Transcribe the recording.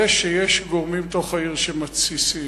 זה שיש גורמים בתוך העיר שמתסיסים,